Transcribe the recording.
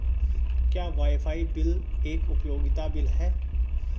क्या wifi bill एक उपयोगिता बिल है?